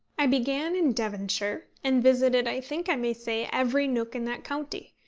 i began in devonshire and visited, i think i may say, every nook in that county,